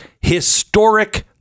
historic